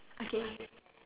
okay